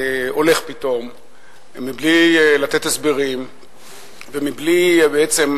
הולך פתאום בלי לתת הסברים ובלי בעצם